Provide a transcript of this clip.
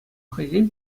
хӑйсен